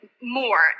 more